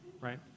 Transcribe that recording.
right